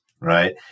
right